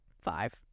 five